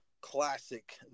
classic